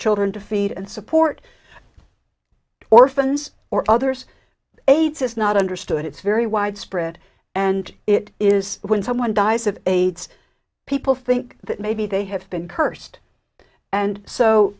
children to feed and support orphans or others aids is not understood it's very widespread and it is when someone dies of aids people think that maybe they have been cursed and so